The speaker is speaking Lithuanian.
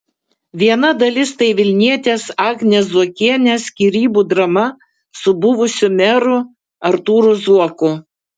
viena dalis tai vilnietės agnės zuokienės skyrybų drama su buvusiu meru artūru zuoku